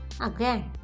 Again